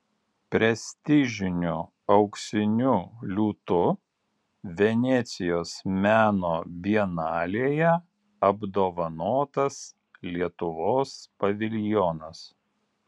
prestižiniu auksiniu liūtu venecijos meno bienalėje apdovanotas lietuvos paviljonas